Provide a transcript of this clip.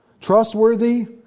Trustworthy